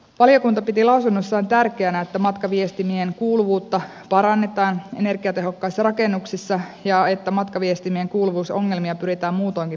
valiokunta piti lausunnossaan tärkeänä että matkaviestimien kuuluvuutta parannetaan energiatehokkaissa rakennuksissa ja että matkaviestimien kuuluvuusongelmia pyritään muutoinkin poistamaan